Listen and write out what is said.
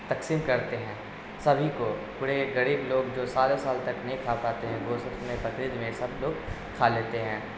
تقسیم کرتے ہیں سبھی کو پورے غریب لوگ جو سارے سال تک نہیں کھا پاتے ہیں گوس اپنے بقرعید میں یہ سب لوگ کھا لیتے ہیں